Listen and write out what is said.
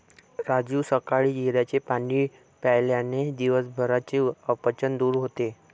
राजू सकाळी जिऱ्याचे पाणी प्यायल्याने दिवसभराचे अपचन दूर होते